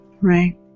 Right